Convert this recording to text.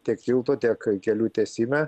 tiek tiltų tiek kelių tiesime